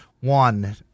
One